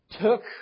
Took